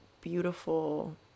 Beautiful